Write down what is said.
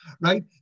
Right